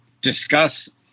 discuss